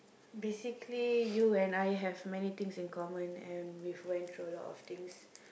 basically you and I have many things in common and we went through a lot of things